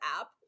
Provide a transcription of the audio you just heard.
app